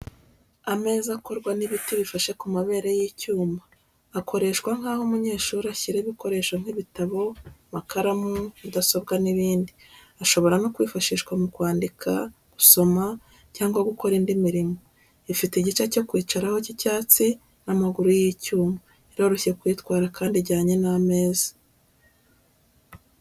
Ameza akorwa n'ibiti bifashe ku mabere y'icyuma. Akoreshwa nk'aho umunyeshuri ashyira ibikoresho nk'ibitabo, amakaramu, mudasobwa, n’ibindi. Ashobora no kwifashishwa mu kwandika, gusoma cyangwa gukorera indi mirimo. Ifite igice cyo kwicaraho cy’icyatsi n’amaguru y’icyuma. Iroroshye kuyitwara kandi ijyanye n’ameza.